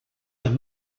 las